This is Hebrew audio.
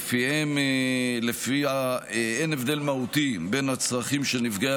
שלפיה אין הבדל מהותי בין הצרכים של נפגעי